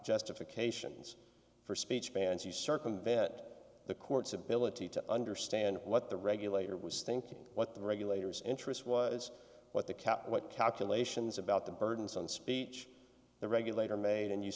justifications for speech bans you circumvent the court's ability to understand what the regulator was thinking what the regulators interest was what the cap what calculations about the burdens on speech the regulator made and you